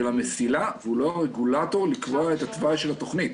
המסילה והוא לא הרגולטור לקבוע את התוואי של התכנית.